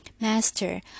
master